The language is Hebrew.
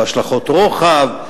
והשלכות רוחב,